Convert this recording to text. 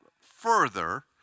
further